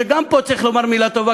וגם פה צריך לומר מילה טובה,